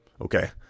Okay